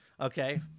okay